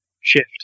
shift